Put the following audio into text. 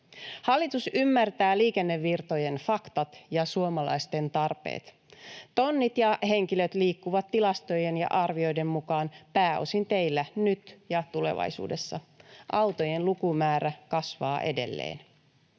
Hallitus ymmärtää liikennevirtojen faktat ja suomalaisten tarpeet. Tonnit ja henkilöt liikkuvat tilastojen ja arvioiden mukaan pääosin teillä nyt ja tulevaisuudessa. Autojen lukumäärä kasvaa edelleen.